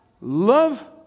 love